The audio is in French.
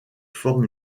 forme